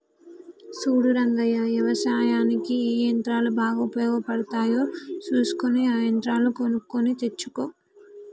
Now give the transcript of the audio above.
సూడు రంగయ్య యవసాయనిక్ ఏ యంత్రాలు బాగా ఉపయోగపడుతాయో సూసుకొని ఆ యంత్రాలు కొనుక్కొని తెచ్చుకో